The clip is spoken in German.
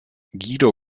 guido